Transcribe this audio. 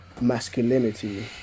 masculinity